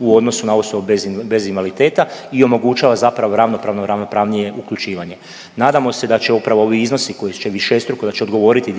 u odnosu na osobe bez invaliditeta i omogućava zapravo ravnopravno ravnopravnije uključivanje. Nadamo se da će upravo ovi iznosi koji će višestruko odgovoriti